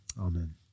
Amen